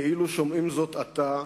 כאילו שומעים זאת עתה,